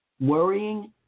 Worrying